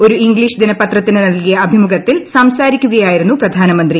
ഒരു ഇംഗ്ലീഷ് ദിനപത്രത്തിന് നൽകിയ അഭിമുഖത്തിൽ സൂംസാരിക്കുകയായിരുന്നു പ്രധാനമന്ത്രി